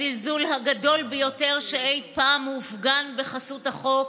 הזלזול הגדול ביותר שאי פעם הופגן בחסות החוק,